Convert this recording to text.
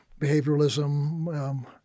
behavioralism